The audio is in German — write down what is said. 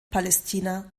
palästina